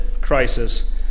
crisis